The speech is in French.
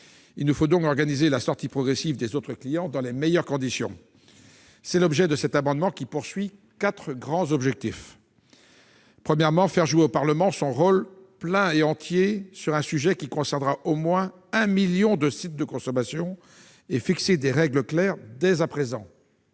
Il nous faut donc organiser la sortie progressive des autres clients dans les meilleures conditions. Tel est l'objet de cet amendement, qui vise quatre grands objectifs. Premièrement, il s'agit de faire jouer au Parlement son rôle plein et entier sur un sujet qui concernera au moins un million de sites de consommation et de fixer des règles claires dès à présent.